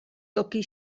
toki